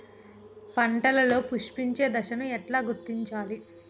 పంటలలో పుష్పించే దశను ఎట్లా గుర్తించాలి?